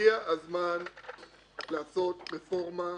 הגיע הזמן לעשות רפורמה,